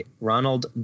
Ronald